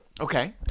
Okay